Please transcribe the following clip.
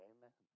Amen